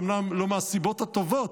אומנם לא מהסיבות הטובות,